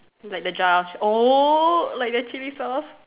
like the jar oh like the chilli sauce